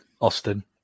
Austin